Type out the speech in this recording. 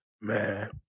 Man